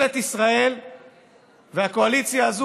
ממשלת ישראל והקואליציה הזו,